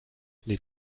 les